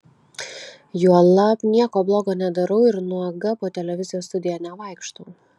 juolab nieko blogo nedarau ir nuoga po televizijos studiją nevaikštau